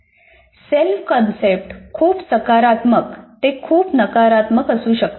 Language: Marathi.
सेल्फ कन्सेप्ट खूप सकारात्मक ते खूप नकारात्मक असू शकते